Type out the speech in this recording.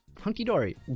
hunky-dory